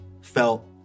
felt